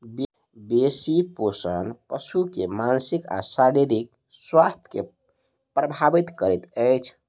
बेसी शोषण पशु के मानसिक आ शारीरिक स्वास्थ्य के प्रभावित करैत अछि